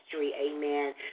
Amen